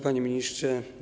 Panie Ministrze!